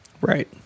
Right